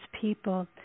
people